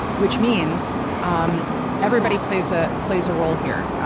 which means um everybody plays ah plays a role here.